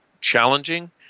challenging